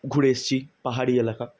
ঘুরে এসেছি পাহাড়ি এলাকা